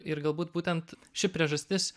ir galbūt būtent ši priežastis